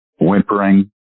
whimpering